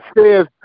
says